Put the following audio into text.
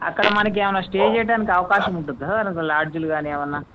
అక్కడ మనకేమైనా స్టే చెయ్యడానికి అవకాశం ఉంటుందా లాడ్జ్లు కానీ ఏమైనా